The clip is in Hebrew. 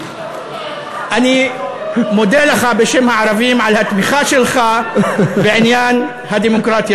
אני מודה לך בשם הערבים על התמיכה שלך בעניין הדמוקרטיה.